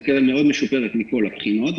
זו קרן מאוד משופרת מכל הבחינות,